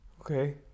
okay